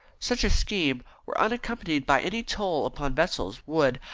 such a scheme, when unaccompanied by any toll upon vessels, would,